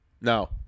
No